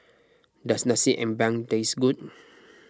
does Nasi Ambeng taste good